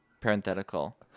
parenthetical